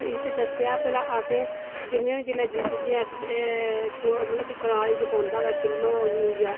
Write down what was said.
ते एह्दे च दस्सेआ भला असें दिक्खने जेल्लै चीजें अस मतलब कनाल च पौंदा होवे किलो यूरिया